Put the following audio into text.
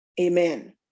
amen